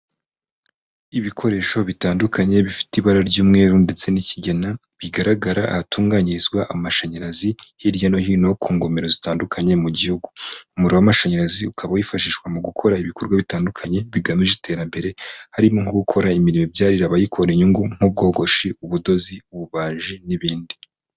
Ibikoresho bitandukanye bifite ibara ry'umweru ndetse n'ikigina, bigaragara ahatunganyirizwa amashanyarazi hirya no hino ku ngomero zitandukanye mu gihugu, umuriro w'amashanyarazi ukaba wifashishwa mu gukora ibikorwa bitandukanye bigamije iterambere, harimo nko gukora imirimo ibyarira abayikora inyungu, nk'ubwogoshi, ubudozi, ububaji n'ibindi.